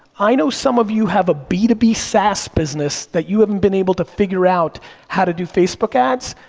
i know some of you have a b two b saas business that you haven't been able to figure out how to do facebook ads,